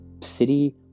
city